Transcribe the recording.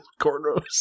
cornrows